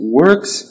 works